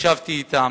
ישבתי אתם,